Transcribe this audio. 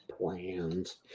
Plans